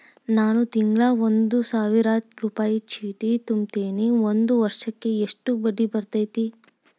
ನಾನು ತಿಂಗಳಾ ಒಂದು ಸಾವಿರ ರೂಪಾಯಿ ಚೇಟಿ ತುಂಬತೇನಿ ಒಂದ್ ವರ್ಷಕ್ ಎಷ್ಟ ಬಡ್ಡಿ ಬರತೈತಿ?